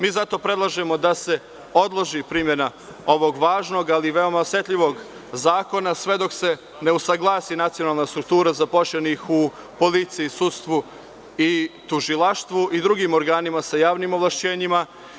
Mi zato predlažemo da se odloži primena ovog važnog, ali veoma osetljivog zakona sve dok se ne usaglasi nacionalna struktura zaposlenih u policiji, sudstvu i tužilaštvu i drugim organima sa javnim ovlašćenjima.